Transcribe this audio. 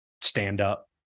stand-up